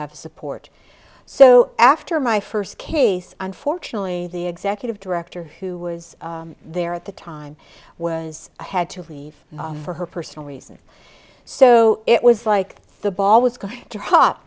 have support so after my first case unfortunately the executive director who was there at the time was i had to leave for her personal reasons so it was like the ball was going to